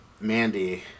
Mandy